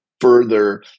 further